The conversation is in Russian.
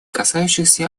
касающихся